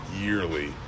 yearly